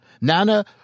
Nana